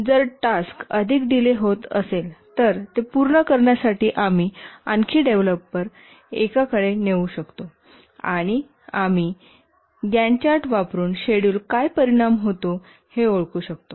जर टास्क अधिक डीले होत असेल तर ते पूर्ण करण्यासाठी आम्ही आणखी डेव्हलपर एका काराकडे नेऊ शकतो आणि आम्ही जीएएनटीटी चार्ट वापरुन शेड्यूल काय परिणाम होतो हे ओळखू शकतो